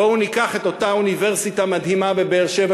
בואו ניקח את אותה אוניברסיטה מדהימה בבאר-שבע,